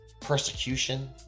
Persecution